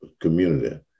community